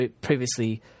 previously